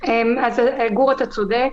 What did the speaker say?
גור, אתה צודק.